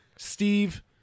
Steve